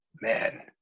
Man